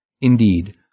Indeed